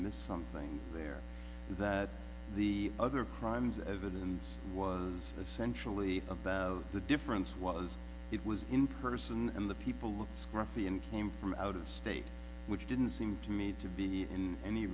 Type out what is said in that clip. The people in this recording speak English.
missed something there that the other crimes evidence was essentially the difference was it was in person and the people looked scruffy and came from out of state which didn't seem to me to be in any